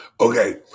Okay